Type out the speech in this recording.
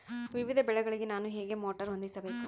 ವಿವಿಧ ಬೆಳೆಗಳಿಗೆ ನಾನು ಹೇಗೆ ಮೋಟಾರ್ ಹೊಂದಿಸಬೇಕು?